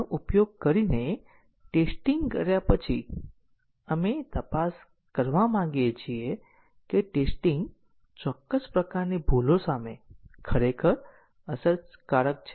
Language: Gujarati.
તેથી પ્રાયોગિક પાથ ટેસ્ટીંગ પરીક્ષક અનુભવ અને ચુકાદાથી ટેસ્ટીંગ ડેટાનો પ્રારંભિક સમૂહ પ્રસ્તાવિત કરે છે